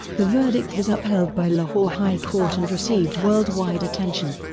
the verdict was upheld by lahore high court and received worldwide attention.